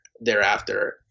thereafter